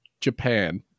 Japan